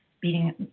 beating